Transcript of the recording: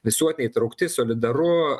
visuotinai įtraukti solidaru